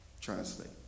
translate